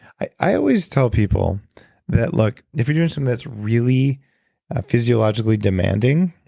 i i always tell people that look, if you're doing something that's really physiologically demanding,